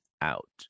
out